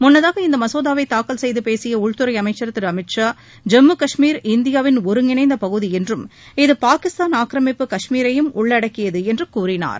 முன்னதாக இம்மசோதாவை தாக்கல் செய்து பேசிய உள்துறை அமைச்சர் திரு அமித் ஷா ஜம்மு கஷ்மீர் இந்தியாவின் இருங்கிணைந்த பகுதி என்றும் இது பாகிஸ்தான் இஆக்கிரமிப்பு கஷ்மீரையும் உள்ளடக்கியது என்றும் கூறினார்